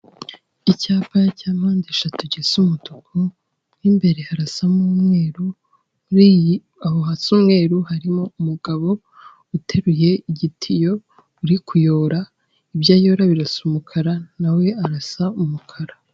Icyapa cya mpande eshatu gisa umutuku w'imbere harasamo n'umweru muri abo hatse umweru harimo umugabo uteruye igitiyo uri kura ibyoyora birasa umukara na we arasa umukara.